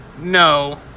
no